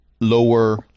Lower